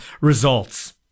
results